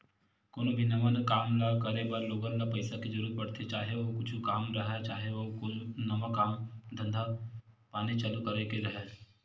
कोनो भी नवा काम ल करे बर लोगन ल पइसा के जरुरत पड़थे, चाहे ओ कुछु काम राहय, चाहे ओ कोनो नवा धंधा पानी चालू करे के राहय